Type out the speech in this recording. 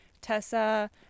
Tessa